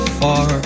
far